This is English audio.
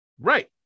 Right